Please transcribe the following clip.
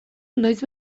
noiz